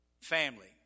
family